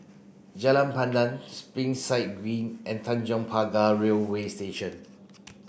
Jalan Pandan Springside Green and Tanjong Pagar Railway Station